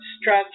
stretch